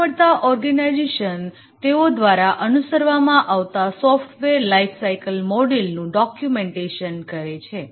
વધારે પડતા ઓર્ગેનાઇઝેશન તેઓ દ્વારા અનુસરવામાં આવતા સોફ્ટવેર લાઈફસાઈકલ મોડલનું ડોક્યુમેન્ટેશન કરે છે